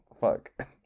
fuck